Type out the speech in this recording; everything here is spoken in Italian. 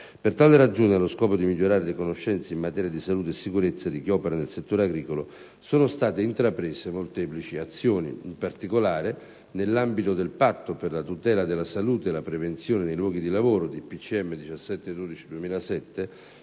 Per tale ragione, allo scopo di migliorare le conoscenze in materia di salute e sicurezza di chi opera nel settore agricolo, sono state intraprese molteplici azioni. In particolare, nell'ambito del Patto per la tutela della salute e la prevenzione nei luoghi di lavoro (di cui al